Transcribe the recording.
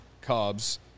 Cubs